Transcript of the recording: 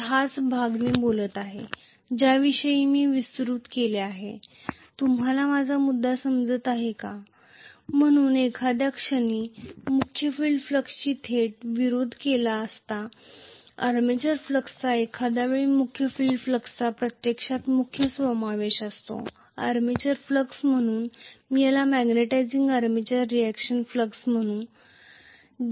तर हाच भाग मी बोलत आहे ज्याविषयी मी विस्तृत केले आहे तुम्हाला माझा मुद्दा समजत आहे म्हणून एखाद्या क्षणी मुख्य फील्ड फ्लक्सचा थेट विरोध केला जातो आर्मेचर फ्लक्सचा एखाद्या वेळी मुख्य फील्ड फ्लक्सचा प्रत्यक्षात मुख्य समावेश होतो आर्मेचर फ्लक्स म्हणून मी याला मॅग्निटायझिंग आर्मेचर रिएक्शन फ्लक्स म्हणतो